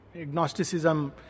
agnosticism